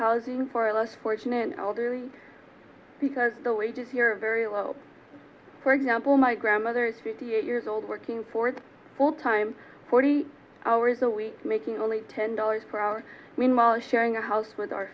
housing for less fortunate elderly because the wages here very low for example my grandmother is fifty eight years old working for the full time forty hours a week making only ten dollars per hour meanwhile sharing a house with our